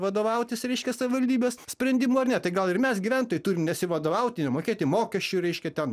vadovautis reiškia savivaldybės sprendimu ar ne tai gal ir mes gyventojai turim nesivadovauti nemokėti mokesčių reiškia ten